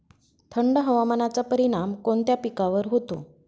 थंड हवामानाचा परिणाम कोणत्या पिकावर होतो?